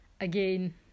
Again